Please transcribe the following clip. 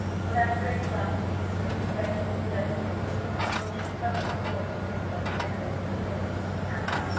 for that great love speaks in the most wretched and dirty hearts only the tone of its voice depends on the echoes of the place in which it sounds.